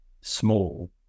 small